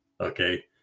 okay